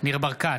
ניר ברקת,